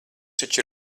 taču